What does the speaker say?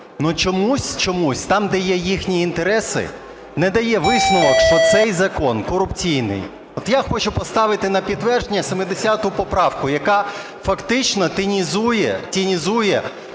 ну чомусь, чомусь там, де є їхні інтереси, не дає висновок, що цей закон корупційний. От, я хочу поставити на підтвердження 70 поправку, яка фактично тінізує оцей